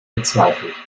bezweifelt